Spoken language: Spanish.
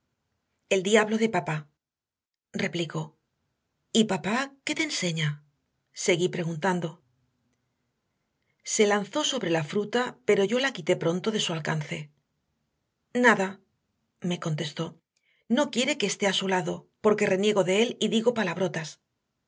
el diablo de papá replicó y papá qué te enseña seguí preguntando se lanzó sobre la fruta pero yo la quité pronto de su alcance nada me contestó no quiere que esté a su lado porque reniego de él y digo palabrotas